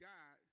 God